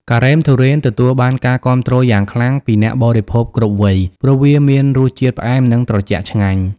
ការ៉េមទុរេន ទទួលបានការគាំទ្រយ៉ាងខ្លាំងពីអ្នកបរិភោគគ្រប់វ័យ ព្រោះវាមានរសជាតិផ្អែមនិងត្រជាក់ឆ្ងាញ់។